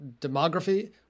demography